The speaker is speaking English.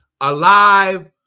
Alive